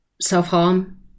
self-harm